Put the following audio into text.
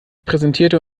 präsentierte